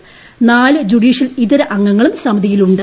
ന്റില് judicial ഇതര അംഗങ്ങളും സ മിതിയിലുണ്ട്